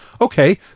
Okay